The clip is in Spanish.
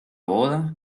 boda